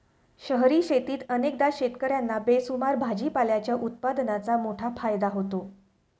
शहरी शेतीत अनेकदा शेतकर्यांना बेसुमार भाजीपाल्याच्या उत्पादनाचा मोठा फायदा होतो